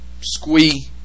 Squee